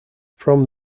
from